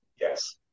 Yes